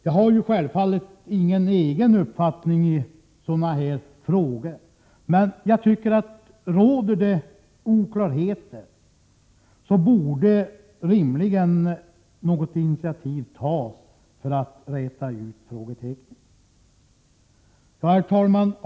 Jag har självfallet ingen egen uppfattning i sådana här frågor, men jag tycker att om det råder oklarheter, bör något initiativ rimligen tas för att räta ut frågetecknen. Herr talman!